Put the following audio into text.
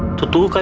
to to